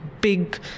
big